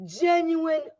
genuine